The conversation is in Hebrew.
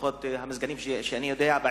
לפחות במסגדים שאני יודע עליהם,